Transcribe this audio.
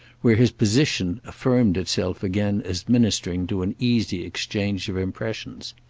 where his position affirmed itself again as ministering to an easy exchange of impressions.